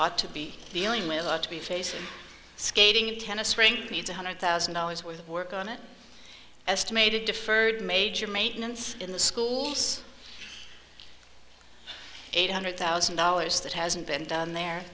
town ought to be dealing with a lot to be facing skating in tennis rink needs a hundred thousand dollars worth of work on it estimated deferred major maintenance in the schools eight hundred thousand dollars that hasn't been done there